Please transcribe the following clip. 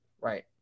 right